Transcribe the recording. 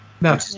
no